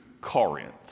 Corinth